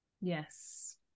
yes